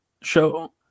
show